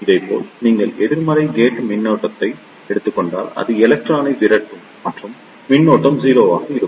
இதேபோல் நீங்கள் எதிர்மறை கேட் மின்னழுத்தத்தை எடுத்துக் கொண்டால் அது எலக்ட்ரானை விரட்டும் மற்றும் மின்னோட்டம் 0 ஆக இருக்கும்